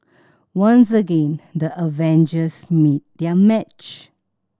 once again the Avengers meet their match